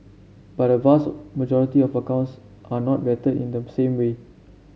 but a vast majority of accounts are not vetted in the same way